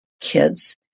kids